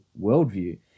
worldview